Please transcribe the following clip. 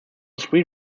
three